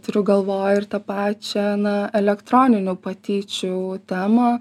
turiu galvoj ir tą pačią na elektroninių patyčių temą